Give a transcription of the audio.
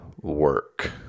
work